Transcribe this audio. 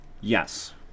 Yes